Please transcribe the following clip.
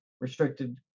restricted